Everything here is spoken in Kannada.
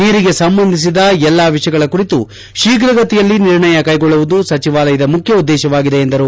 ನೀರಿಗೆ ಸಂಬಂಧಿಸಿದ ಎಲ್ಲಾ ವಿಷಯಗಳ ಕುರಿತು ಶೀಘಗತಿಯಲ್ಲಿ ನಿರ್ಣಯ ಕ್ಲೆಗೊಳ್ಳುವುದು ಸಚಿವಾಲಯದ ಮುಖ್ಯ ಉದ್ಲೇಶವಾಗಿದೆ ಎಂದರು